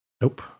Nope